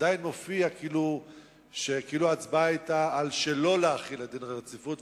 עדיין מופיע כאילו ההצבעה היתה על לא להחיל דין רציפות,